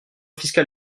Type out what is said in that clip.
fiscal